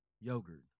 Yogurt